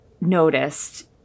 noticed